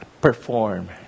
perform